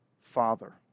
Father